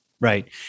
Right